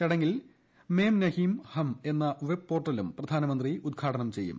ചടങ്ങിൽ മേം നഹീം ഹം എന്ന വെബ്പോർട്ടലും പ്രധാനമന്ത്രി ഉദ്ഘാടനം ചെയ്യും